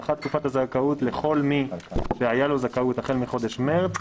הארכת תקופת הזכאות לכל מי שהייתה לו זכאות החל מחודש מרס,